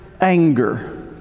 anger